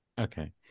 Okay